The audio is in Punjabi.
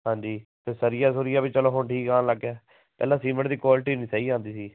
ਹਾਂਜੀ ਅਤੇ ਸਰੀਆ ਸੁਰੀਆ ਵੀ ਚੱਲੋ ਹੁਣ ਠੀਕ ਆਉਣ ਲੱਗ ਗਿਆ ਪਹਿਲਾਂ ਸੀਮਿੰਟ ਦੀ ਕੋਆਲਟੀ ਨਹੀਂ ਸਹੀ ਆਉਂਦੀ ਸੀ